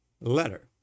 letter